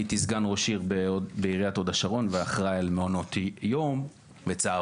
הייתי סגן ראש עיר בעיריית הוד השרון ואחראי על מעונות יום וצהרונים.